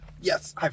Yes